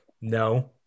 no